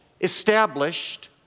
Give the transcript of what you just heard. established